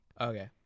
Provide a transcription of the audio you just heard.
Okay